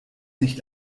nicht